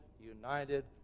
united